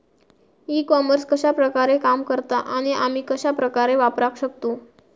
E commerce कश्या प्रकारे काम करता आणि आमी कश्या प्रकारे वापराक शकतू?